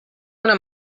una